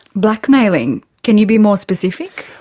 blackmailing? can you be more specific?